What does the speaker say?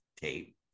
tape